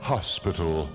Hospital